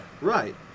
Right